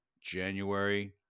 January